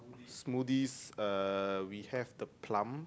smoothies uh we have the plum